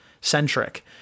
centric